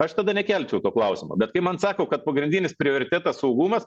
aš tada nekelčiau to klausimo bet kai man sako kad pagrindinis prioritetas saugumas